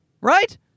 right